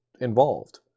involved